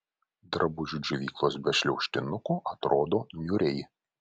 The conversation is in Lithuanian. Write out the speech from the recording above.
drabužių džiovyklos be šliaužtinukų atrodo niūriai